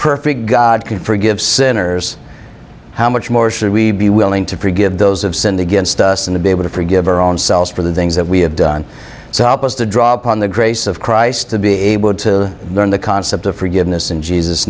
perfect god can forgive centers how much more should we be willing to forgive those of send against us and to be able to forgive our own selves for the things that we have done so as to draw upon the grace of christ to be able to learn the concept of forgiveness in jesus